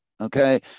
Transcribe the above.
okay